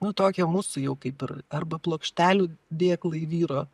nu tokie mūsų jau kaip ir arba plokštelių dėklai vyro